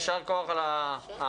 יישר כוח על ההעמקה.